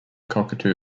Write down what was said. cockatoo